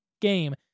game